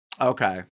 Okay